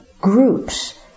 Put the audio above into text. groups